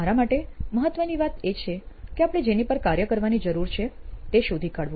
મારા માટે મહત્વની વાત એ છે કે આપણે જેની પર કાર્ય કરવાની જરૂર છે તે શોધી કાઢવું